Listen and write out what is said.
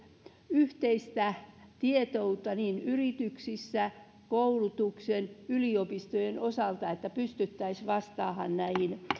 yhteistä tietoutta yrityksissä koulutuksen yliopistojen osalta että pystyttäisiin vastaamaan